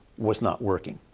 was not working.